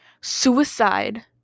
Suicide